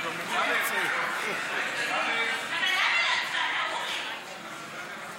העדפה של תוצרת מאזורי עדיפות לאומית),